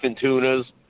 tunas